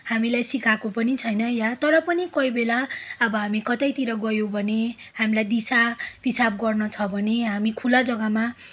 हामीलाई सिकाएको पनि छैन या तर पनि कोही बेला अब हामी कतैतिर गयौँ भने हामीलाई दिसा पिसाब गर्नु छ भने हामी खुला जग्गामा